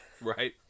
Right